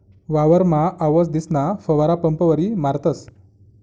वावरमा आवसदीसना फवारा पंपवरी मारतस